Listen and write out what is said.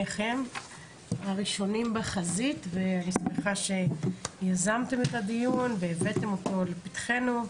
שניכם הראשונים בחזית ואני שמחה שיזמתם את הדיון והבאתם אותו לפתחינו.